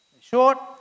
short